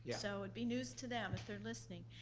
yeah so it'd be news to them, if they're listening.